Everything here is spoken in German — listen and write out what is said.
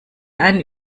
einen